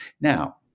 Now